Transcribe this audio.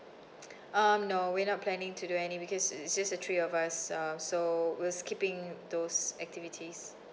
um no we not planning to do any because is just the three of us uh so we'll skipping those activities